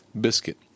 Biscuit